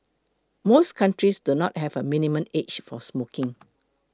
most countries do not have a minimum age for smoking